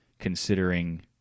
Considering